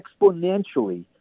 exponentially